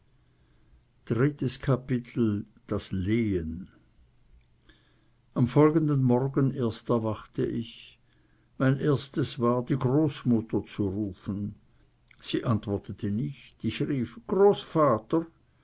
das lehen am folgenden morgen erst erwachte ich oder ward meiner mir bewußt mein erstes war die großmutter zu rufen sie antwortete nicht ich rief großvater